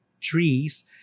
trees